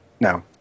No